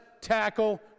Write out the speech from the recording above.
tackle